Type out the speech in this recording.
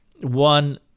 One